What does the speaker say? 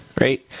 right